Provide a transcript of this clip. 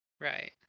Right